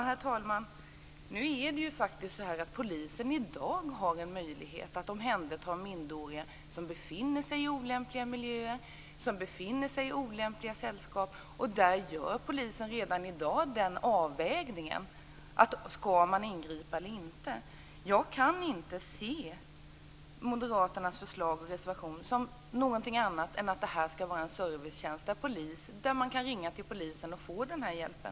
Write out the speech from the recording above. Herr talman! Polisen har faktiskt i dag en möjlighet att omhänderta minderåriga som befinner sig i olämpliga miljöer eller i olämpliga sällskap. Polisen gör redan i dag den avvägningen. Skall man ingripa eller inte? Jag kan inte se moderaternas förslag och reservation som någonting annat än ett försök att skapa en servicetjänst. Man skall kunna ringa till polisen och få denna hjälp.